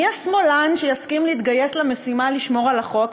מי השמאלן שיסכים להתגייס למשימה לשמור על החוק?